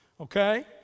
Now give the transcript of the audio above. okay